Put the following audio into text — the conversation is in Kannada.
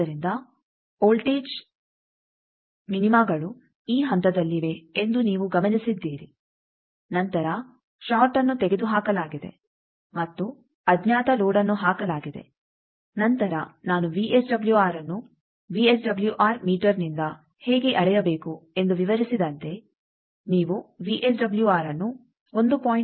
ಆದ್ದರಿಂದ ವೋಲ್ಟೇಜ್ ಮಿನಿಮಗಳು ಈ ಹಂತದಲ್ಲಿವೆ ಎಂದು ನೀವು ಗಮನಿಸಿದ್ದೀರಿ ನಂತರ ಷಾರ್ಟ್ಅನ್ನು ತೆಗೆದುಹಾಕಲಾಗಿದೆ ಮತ್ತು ಅಜ್ಞಾತ ಲೋಡ್ಅನ್ನು ಹಾಕಲಾಗಿದೆ ನಂತರ ನಾನು ವಿಎಸ್ಡಬ್ಲ್ಯೂಆರ್ಅನ್ನು ವಿಎಸ್ಡಬಲ್ಯುಆರ್ ಮೀಟರ್ನಿಂದ ಹೇಗೆ ಅಳೆಯಬೇಕು ಎಂದು ವಿವರಿಸಿದಂತೆ ನೀವು ವಿಎಸ್ಡಬ್ಲ್ಯೂಆರ್ಅನ್ನು 1